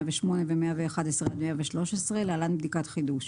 108 ו-111 עד 113 (להלן בדיקת חידוש).